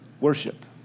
worship